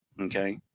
Okay